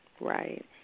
Right